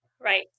Right